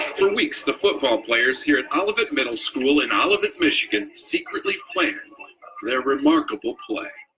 for weeks the football players here at olivet middle school in ah olivet, michigan secretly planned their remarkable play.